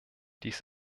dies